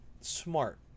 smart